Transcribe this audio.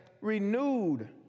renewed